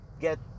get